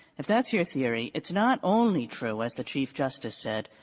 if that's your theory, it's not only true, as the chief justice said,